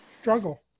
struggle